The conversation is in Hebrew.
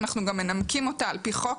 ואנחנו גם מנמקים אותה על פי חוק,